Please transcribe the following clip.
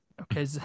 Okay